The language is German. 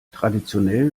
traditionell